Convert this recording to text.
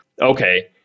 okay